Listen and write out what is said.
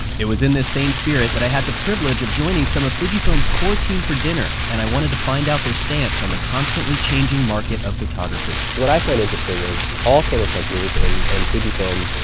it was in this same spirit that i had the privilege of joining some of fujifilm's core team for dinner, and i wanted to find out their stance on the constantly changing market of photography. what i find interesting is all camera companies, and and fujifilm,